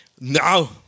no